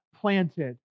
planted